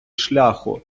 шляху